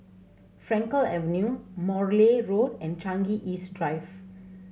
Frankel Avenue Morley Road and Changi East Drive